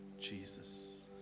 Jesus